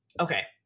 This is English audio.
okay